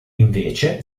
invece